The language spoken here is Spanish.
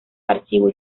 archivo